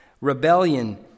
Rebellion